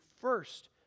first